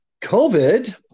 COVID